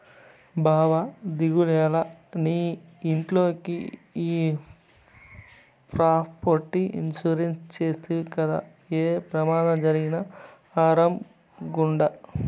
బావా దిగులేల, నీ ఇంట్లోకి ఈ ప్రాపర్టీ ఇన్సూరెన్స్ చేస్తవి గదా, ఏ పెమాదం జరిగినా ఆరామ్ గుండు